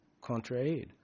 Contra-Aid